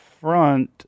front